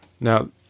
Now